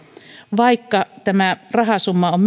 vaikka tämä rahasumma on